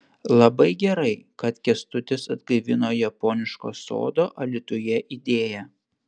labai gerai kad kęstutis atgaivino japoniško sodo alytuje idėją